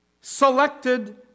selected